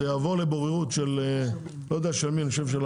אני חושב שזה